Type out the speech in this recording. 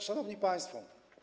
Szanowni Państwo!